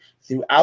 throughout